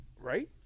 Right